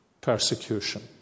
persecution